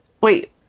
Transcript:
wait